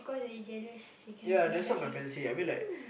ya that's what my friends say I mean like